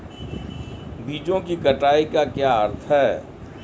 बीजों की कटाई का क्या अर्थ है?